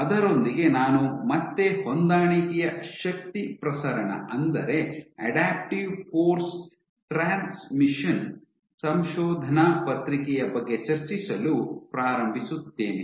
ಅದರೊಂದಿಗೆ ನಾನು ಮತ್ತೆ ಹೊಂದಾಣಿಕೆಯ ಶಕ್ತಿ ಪ್ರಸರಣ ಅಂದರೆ ಅಡಾಪ್ಟಿವ್ ಫೋರ್ಸ್ ಟ್ರಾನ್ಸ್ಮಿಷನ್ ಸಂಶೋಧನಾ ಪತ್ರಿಕೆಯ ಬಗ್ಗೆ ಚರ್ಚಿಸಲು ಪ್ರಾರಂಭಿಸುತ್ತೇನೆ